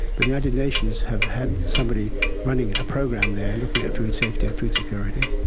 but the united nations have had somebody running a program there looking at food safety and food security.